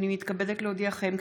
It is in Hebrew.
הינני מתכבדת להודיעכם,